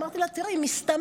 אמרתי לה: תראי, מסתמן.